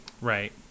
Right